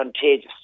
contagious